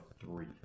three